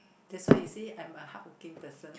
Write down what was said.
that's why you see I'm a hardworking person